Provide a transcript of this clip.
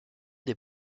des